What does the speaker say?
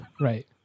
right